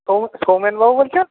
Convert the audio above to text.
সৌমেনবাবু বলছেন